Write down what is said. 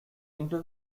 into